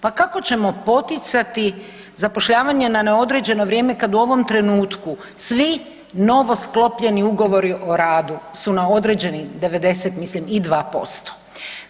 Pa kako ćemo poticati zapošljavanje na neodređeno vrijeme kad u ovom trenutku svi novosklopljeni Ugovori o radu su na određenih 90 mislim i 2%